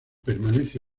permanece